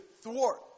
thwart